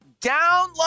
download